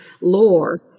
lore